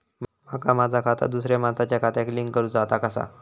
माका माझा खाता दुसऱ्या मानसाच्या खात्याक लिंक करूचा हा ता कसा?